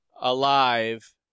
alive